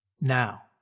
Now